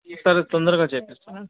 సరే తొందరగా చెయ్యిస్తాము